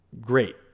Great